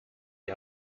die